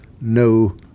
no